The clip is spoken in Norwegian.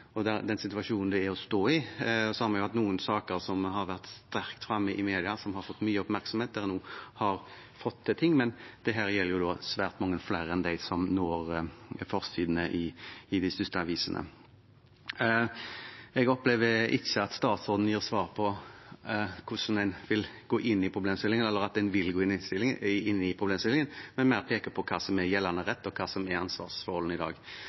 og den situasjonen de står i. Vi har hatt noen saker som har vært sterkt framme i media, som har fått mye oppmerksomhet, og der man også har fått til ting, men dette gjelder svært mange flere enn dem som når forsidene i de største avisene. Jeg opplever ikke at statsråden gir svar på hvordan man vil gå inn i problemstillingen, eller at man vil gå inn i problemstillingen, men mer peker på hva som er gjeldende rett, og hva som er ansvarsforholdene i dag.